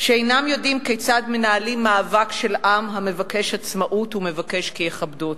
שאינם יודעים כיצד מנהלים מאבק של עם המבקש עצמאות ומבקש כי יכבדו אותו.